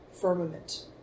firmament